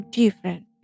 different